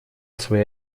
свои